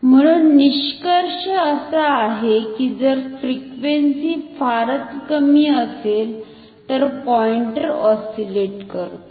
म्हणुन निष्कर्ष असा आहे की जर फ्रिक्वेन्सी फारच कमी असेल तर पॉइंटर ऑस्सिलेट करतो